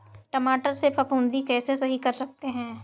टमाटर से फफूंदी कैसे सही कर सकते हैं?